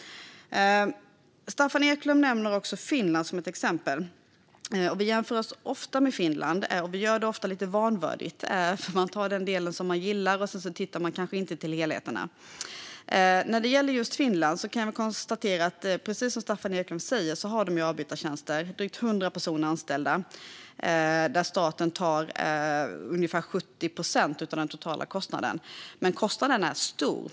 Staffan Eklöf tar upp Finland som exempel. Vi jämför oss ofta med Finland och gör det ofta lite vanvördigt. Man tar den del som man gillar och tittar kanske inte på helheten. Precis som Staffan Eklöf säger har de avbytartjänster i Finland. Drygt 100 personer är anställda. Staten tar ungefär 70 procent av den totala kostnaden för dem. Men kostnaden är stor.